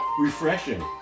Refreshing